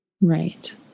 Right